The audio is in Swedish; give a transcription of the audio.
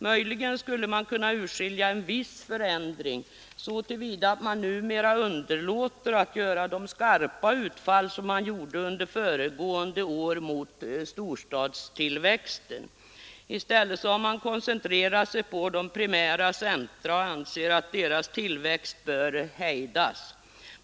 Möjligen skulle en viss förändring kunna urskiljas så till vida att centern numera underlåter att göra de skarpa utfall mot storstadstillväxten som man gjort under föregående år. I stället har man koncentrerat sig på de primära centra och anser att deras tillväxt bör hejdas.